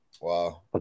Wow